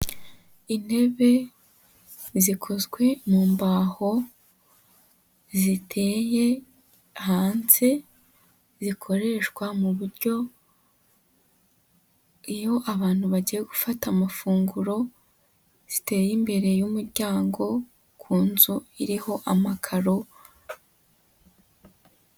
Intebe zikozwe mu mbaho ziteye hanze, zikoreshwa mu buryo iyo abantu bagiye gufata amafunguro, ziteye imbere y'umuryango ku nzu iriho amakaro.